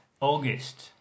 August